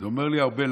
זה אומר לי הרבה.